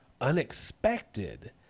unexpected